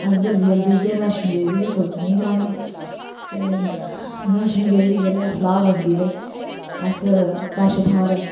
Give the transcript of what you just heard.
अस जल्दी जल्दी इयै वैष्णो देवी गै सोचने जाने गी ते वैष्णो देवी जिसलै सलाह् बनदी ते अस कश थाह्र